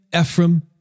Ephraim